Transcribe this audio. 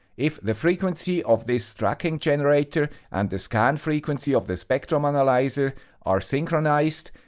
if the frequency of the so tracking generator and the scan frequency of the spectrum analyzer are synchronized,